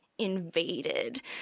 Invaded